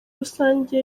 rusange